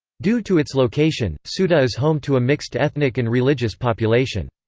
due to its location, ceuta is home to a mixed ethnic and religious population.